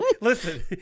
Listen